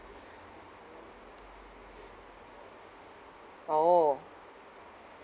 orh